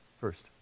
first